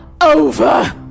over